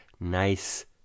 nice